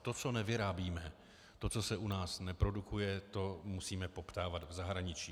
To, co nevyrábíme, to, co se u nás neprodukuje, to musíme poptávat v zahraničí.